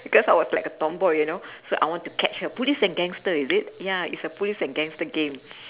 because I was like a tomboy you know so I want to catch her police and gangster is it ya it's a police and gangster game